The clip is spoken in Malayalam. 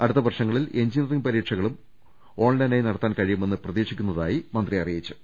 അടുത്ത വർഷങ്ങളിൽ എഞ്ചിനിയറിങ്ങ് പരീക്ഷ കളും ഓൺലൈനായി നടത്താൻ കഴിയുമെന്ന് പ്രതീക്ഷിക്കുന്ന തായും മന്ത്രി അറിയിച്ചു